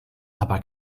aber